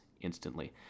instantly